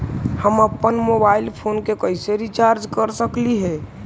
हम अप्पन mobile phone के कैसे रिचार्ज कर सकली हे?